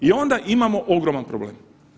I onda imamo ogroman problem.